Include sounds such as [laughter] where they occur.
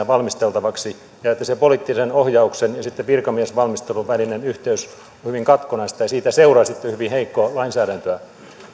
[unintelligible] valmisteltaviksi ja että sen poliittisen ohjauksen ja sitten virkamiesvalmistelun välinen yhteys on hyvin katkonaista ja siitä seuraa sitten hyvin heikkoa lainsäädäntöä